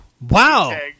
Wow